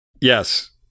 yes